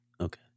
Okay